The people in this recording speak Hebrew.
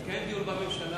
התקיים דיון בממשלה,